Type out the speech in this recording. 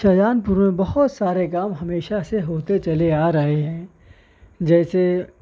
شاہجہان پور میں بہت سارے کام ہمیشہ سے ہوتے چلے آ رہے ہیں جیسے